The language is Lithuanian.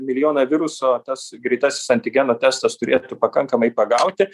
milijoną viruso tas greitasis antigeno testas turėtų pakankamai pagauti